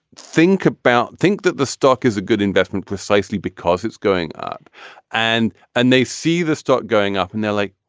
think about think that the stock is a good investment precisely because it's going up and and they see the stock going up and they're like,